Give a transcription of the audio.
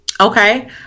Okay